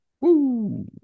Woo